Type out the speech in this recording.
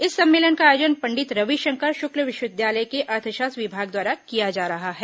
इस सम्मेलन का आयोजन पंडित रविशंकर शुक्ल विश्वविद्यालय के अर्थशास्त्र विभाग द्वारा किया जा रहा है